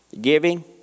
giving